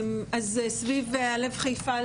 סביב הלב חיפה,